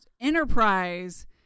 Enterprise